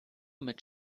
mit